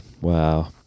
wow